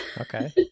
okay